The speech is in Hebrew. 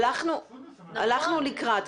הלכנו לקראת.